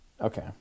Okay